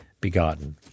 begotten